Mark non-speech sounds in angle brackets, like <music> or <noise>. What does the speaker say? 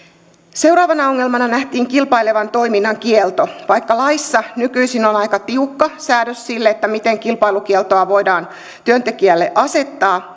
seuraavana ongelmana nähtiin kilpailevan toiminnan kielto vaikka laissa nykyisin on aika tiukka säädös sille miten kilpailukieltoa voidaan työntekijälle asettaa <unintelligible>